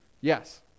Yes